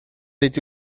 эти